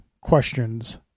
questions